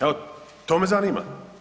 Evo, to me zanima.